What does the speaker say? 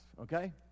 Okay